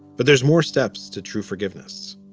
but there's more steps to true forgiveness.